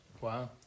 Wow